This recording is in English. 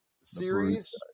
series